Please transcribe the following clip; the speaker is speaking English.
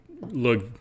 look